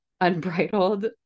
Unbridled